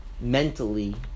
mentally